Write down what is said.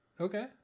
Okay